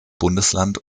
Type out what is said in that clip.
bundesland